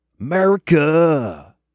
America